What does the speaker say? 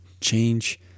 change